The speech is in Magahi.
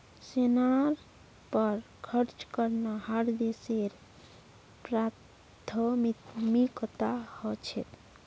सेनार पर खर्च करना हर देशेर प्राथमिकता ह छेक